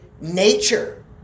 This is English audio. nature